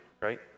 right